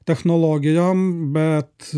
technologijom bet